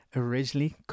originally